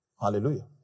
Hallelujah